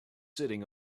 sitting